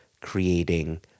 creating